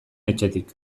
etxetik